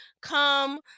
Come